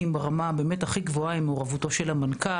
ברמה הכי גבוהה עם מעורבותו של המנכ"ל.